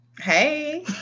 Hey